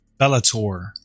Bellator